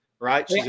right